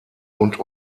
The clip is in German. und